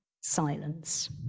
silence